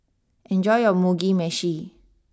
enjoy your Mugi Meshi